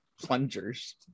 plungers